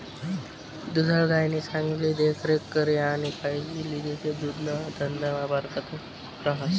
दुधाळ गायनी चांगली देखरेख करी आणि कायजी लिदी ते दुधना धंदामा बरकत रहास